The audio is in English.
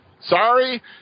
Sorry